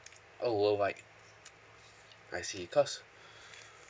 oh worldwide I see cause